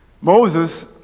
Moses